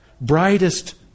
brightest